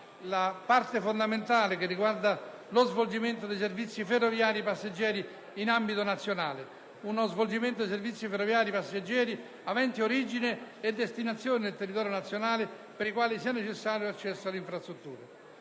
**Approvato** *(Requisiti per lo svolgimento di servizi ferroviari passeggeri in ambito nazionale)* 1. Per lo svolgimento di servizi ferroviari passeggeri aventi origine e destinazione nel territorio nazionale, per i quali sia necessario l'accesso alla infrastruttura